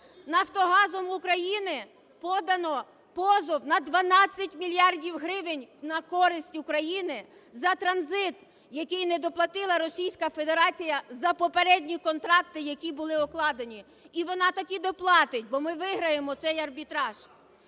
"Нафтогазом України" подано позов на 12 мільярдів гривень на користь України за транзит, який недоплатила Російська Федерація за попередні контракти, які були укладені, і вона таки доплатить, бо ми виграємо цей арбітраж.